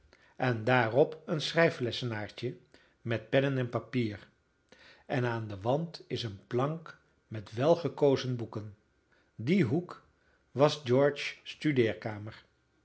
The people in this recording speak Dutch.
en daarop een schrijflessenaartje met pennen en papier en aan den wand is een plank met welgekozen boeken die hoek was